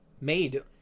made